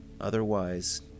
otherwise